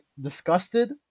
disgusted